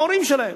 ההורים שלהם.